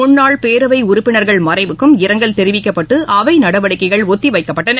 முன்னாள் பேரவைஉறுப்பினர்கள் மறைவுக்கும் இரங்கல் தெரிவிக்கப்பட்டு அவைநடவடிக்கைகள் ஒத்திவைக்கப்பட்டன